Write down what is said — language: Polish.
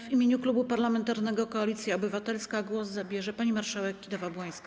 W imieniu Klubu Parlamentarnego Koalicja Obywatelska głos zabierze pani marszałek Kidawa-Błońska.